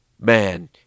man